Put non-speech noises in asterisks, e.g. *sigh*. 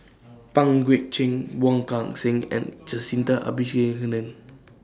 *noise* Pang Guek Cheng Wong Kan Seng and Jacintha *unintelligible*